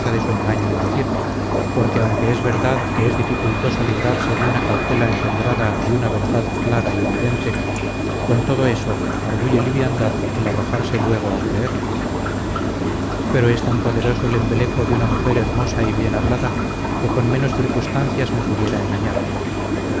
de su engaño en decir porque aunque es verdad que es dificultoso librarse de una cautela engendrada de una verdad clara y evidente con todo eso arguye liviandad el arrojarse luego a creerla pero es tan poderoso el embeleco de una mujer hermosa y bien hablada que con menos circunstancias me pudiera engañar